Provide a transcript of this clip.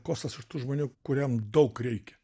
kostas iš tų žmonių kuriem daug reikia